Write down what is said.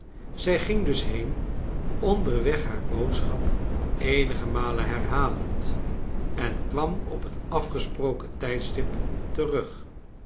zij ging dus been onderweg haar boodschap eenige malen herhalend en kwam op het afgesproken tijdstip terug